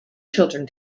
children